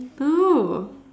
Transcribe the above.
no